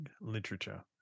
literature